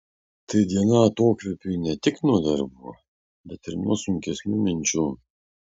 tai diena atokvėpiui ne tik nuo darbų bet ir nuo sunkesnių minčių